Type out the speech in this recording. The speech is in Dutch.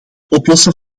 oplossen